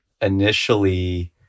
initially